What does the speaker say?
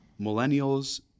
millennials